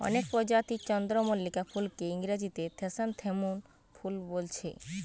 অনেক প্রজাতির চন্দ্রমল্লিকা ফুলকে ইংরেজিতে ক্র্যাসনথেমুম ফুল বোলছে